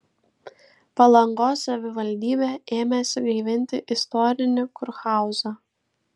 palangos savivaldybė ėmėsi gaivinti istorinį kurhauzą